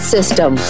System